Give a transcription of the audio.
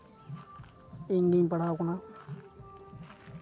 ᱤᱧ ᱜᱤᱧ ᱯᱟᱲᱦᱟᱣ ᱠᱟᱱᱟ